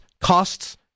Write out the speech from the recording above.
costs